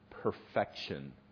perfection